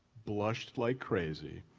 blushed like crazy,